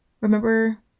Remember